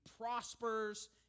prospers